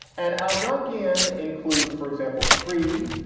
and algonkin includes, for example, kri,